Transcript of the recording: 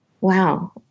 Wow